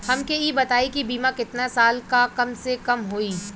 हमके ई बताई कि बीमा केतना साल ला कम से कम होई?